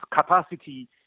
capacity